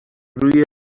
روی